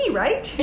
right